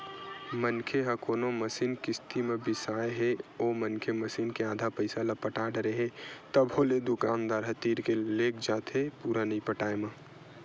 मनखे ह कोनो मसीन किस्ती म बिसाय हे ओ मनखे मसीन के आधा पइसा ल पटा डरे हे तभो ले दुकानदार ह तीर के लेग जाथे पुरा नइ पटाय म